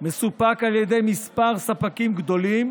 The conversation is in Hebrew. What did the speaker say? מסופק על ידי כמה ספקים גדולים,